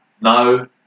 No